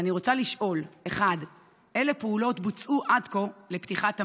אני רוצה לשאול: 1. אילו פעולות בוצעו עד כה לפתיחת המעון?